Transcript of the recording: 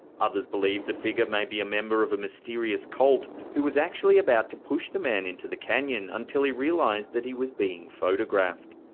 other believe the figure may be a member of a mysterious cult, who was actually about to push the man into the canyon, until he realized that he was being photographed.